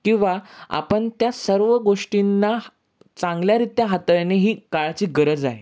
किंवा आपण त्या सर्व गोष्टींना चांगल्यारीत्या हाताळणे ही काळाची गरज आहे